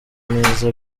neza